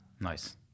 Nice